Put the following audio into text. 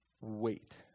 wait